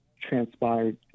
transpired